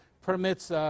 permits